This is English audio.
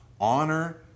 Honor